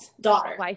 daughter